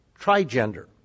trigender